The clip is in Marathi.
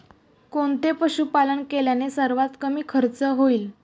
कोणते पशुपालन केल्याने सर्वात कमी खर्च होईल?